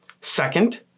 Second